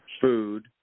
food